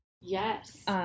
yes